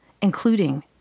including